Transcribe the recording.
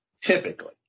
typically